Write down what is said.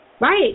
Right